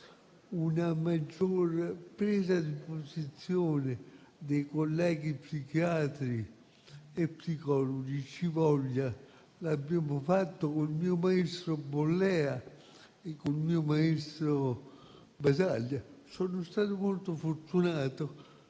una maggior presa di posizione dei colleghi psichiatri e psicologi sia necessaria. Lo abbiamo fatto con il mio maestro Bollea e con il mio maestro Basaglia: sono stato molto fortunato.